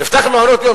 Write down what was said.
נפתח מעונות יום,